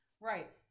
Right